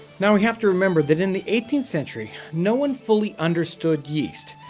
now we have to remember that in the eighteenth century, no one fully understood yeast,